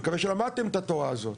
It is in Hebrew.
אני מקווה שלמדתם את התורה הזאת,